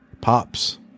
pops